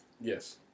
Yes